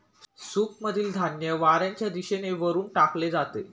सूपमधील धान्य वाऱ्याच्या दिशेने वरून टाकले जाते